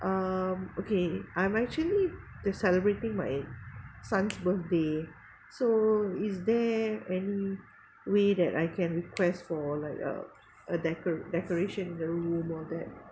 um okay I'm actually just celebrating my son's birthday so is there any way that I can request for like uh a deco~ decorations in the room all that